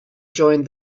joined